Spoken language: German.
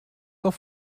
auf